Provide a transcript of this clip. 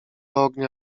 ognia